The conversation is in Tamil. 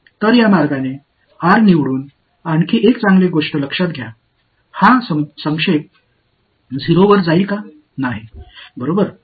எனவே இந்த வழியில் r ஐத் தேர்ந்தெடுப்பதன் மூலம் நடந்த மற்றொரு நல்ல விஷயத்தைக் கவனியுங்கள் இந்த டினாமினேடர் எப்போதாவது 0 க்குச் செல்லுமா